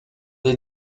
des